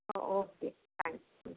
ah okay thank you